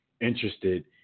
interested